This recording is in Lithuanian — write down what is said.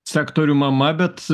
sektorių mama bet